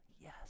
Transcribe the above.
Yes